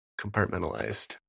compartmentalized